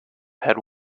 had